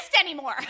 anymore